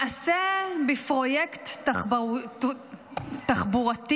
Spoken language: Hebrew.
מעשה בפרויקט תחבורתי